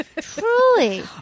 truly